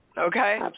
Okay